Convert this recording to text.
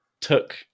took